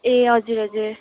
ए हजुर हजुर